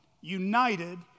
united